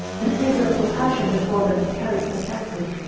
and give them compassion before them who carried them captive,